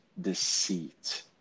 deceit